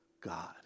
God